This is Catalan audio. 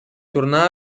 tornà